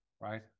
right